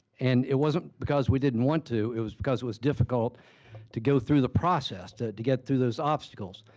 and it wasn't because we didn't want to. it was because it was difficult to go through the process, to to get through those obstacles.